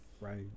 Right